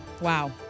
Wow